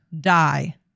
die